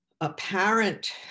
apparent